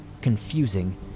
confusing